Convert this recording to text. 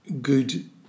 good